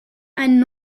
einen